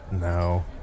No